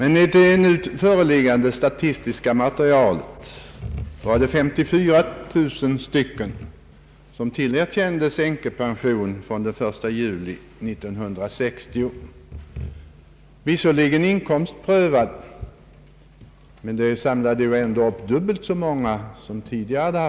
Enligt det nu föreliggande statistiska materialet tillerkändes 54 000 kvinnor änkepension från den 1 juli 1960, visserligen inkomstprövad men den omfattade dock dubbelt så många som tidigare.